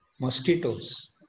Mosquitoes